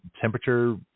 temperature